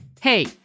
Hey